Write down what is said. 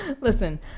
Listen